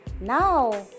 Now